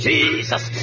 Jesus